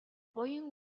буян